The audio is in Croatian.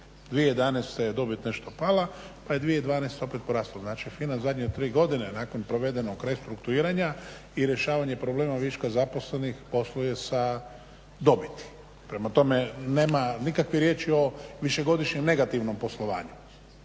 2011. je dobit nešto pala pa je 2012. opet porasla, znači FINA zadnje tri godine nakon provedenog restrukturiranja i rješavanja problema viška zaposlenih posluje sa dobiti. Prema tome, nema nikakve riječi o višegodišnjem negativnom poslovanju